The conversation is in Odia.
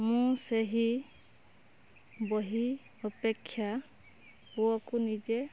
ମୁଁ ସେହି ବହି ଅପେକ୍ଷା ପୁଅକୁ ନିଜେ